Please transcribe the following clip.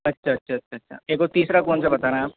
अच्छा अच्छा अच्छा अच्छा एक और तीसरा कौनसा बता रहे हैं आप